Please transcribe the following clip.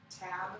tab